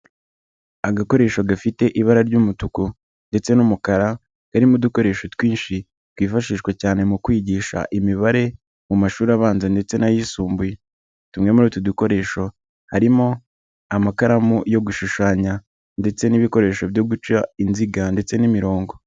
Agakoresho gafite ibara ry'umutuku ndetse n'umukara karimo udukoresho twinshi twifashishwa cyane mu kwigisha imibare mu mashuri abanza ndetse n'ayisumbuye. Tumwe muri utu dukoresho harimo amakaramu yo gushushanya ndetse n'ibikoresho byo guca inziga ndetse n'imirongo.